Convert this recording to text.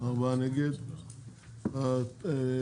4 נמנעים, 0 ההסתייגויות לא התקבלו.